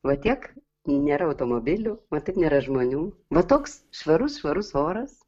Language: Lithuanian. va tiek nėra automobilių va taip nėra žmonių va toks švarus švarus oras